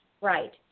Right